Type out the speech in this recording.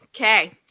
Okay